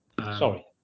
sorry